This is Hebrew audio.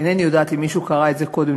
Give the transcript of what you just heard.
אינני יודעת אם מישהו קרא את זה קודם,